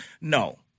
no